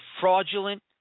fraudulent